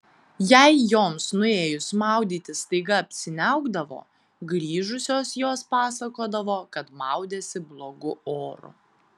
jei joms nuėjus maudytis staiga apsiniaukdavo grįžusios jos pasakodavo kad maudėsi blogu oru